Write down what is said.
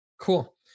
Cool